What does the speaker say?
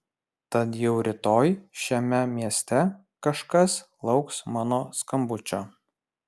tad jau rytoj šiame mieste kažkas lauks mano skambučio